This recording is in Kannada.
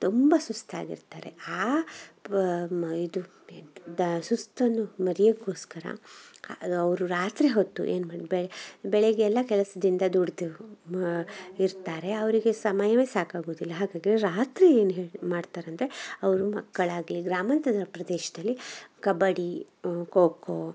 ತುಂಬ ಸುಸ್ತಾಗಿರ್ತಾರೆ ಆ ಪ ಮ ಇದು ಇದು ದ ಸುಸ್ತನ್ನು ಮರೆಯಕೋಸ್ಕರ ಅದು ಅವರು ರಾತ್ರಿ ಹೊತ್ತು ಏನು ಮ ಬೆಳಗ್ಗೆಯೆಲ್ಲ ಕೆಲಸದಿಂದ ದುಡೆದೆವು ಮ ಇರ್ತಾರೆ ಅವರಿಗೆ ಸಮಯವೆ ಸಾಕಾಗೋದಿಲ್ಲ ಹಾಗಾಗಿ ರಾತ್ರಿ ಏನು ಹೇಳಿ ಮಾಡ್ತರೆ ಅಂದರೆ ಅವರು ಮಕ್ಕಳಾಗಲಿ ಗ್ರಾಮಾಂತರ ಪ್ರದೇಶದಲ್ಲಿ ಕಬಡ್ಡಿ ಖೋಖೋ